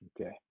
Okay